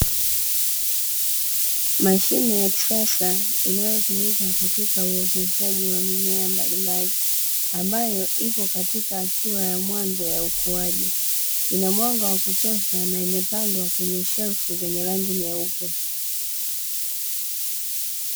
Mashine ya kisasa inayotumika katika uoteshaji wa mimea mbalimbali ambayo ipo katika hatua ya mwanzo ya ukuaji inamwanga wa kutosha na imepangwa kwenye rafu zenye rangi nyeupe.